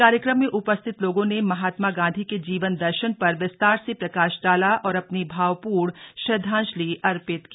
कार्यक्रम में उपस्थित लोगों ने महात्मा गांधी के जीवन दर्शन पर विस्तार से प्रकाश डाला और अपनी भावपूर्ण श्रद्धांजलि अर्पित की